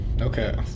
Okay